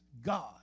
God